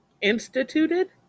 Instituted